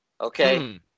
Okay